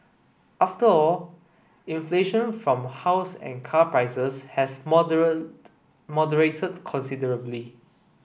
after all inflation from house and car prices has moderated considerably